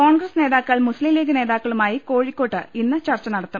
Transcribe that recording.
കോൺഗ്രസ് നേതാക്കൾ മുസ്ലിംലീഗ് നേതാക്കളുമായി കോഴിക്കോട്ട് ഇന്ന് ചർച്ച നടത്തും